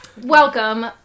Welcome